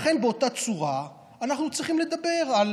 לכן, באותה צורה אנחנו צריכים לדבר על